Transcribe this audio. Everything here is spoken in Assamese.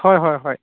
হয় হয় হয়